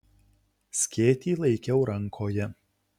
skėtį laikiau rankoje